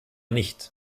nicht